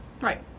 Right